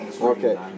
Okay